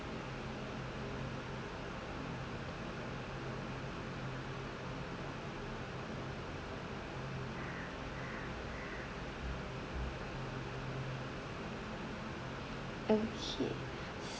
okay